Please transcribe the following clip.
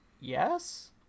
Yes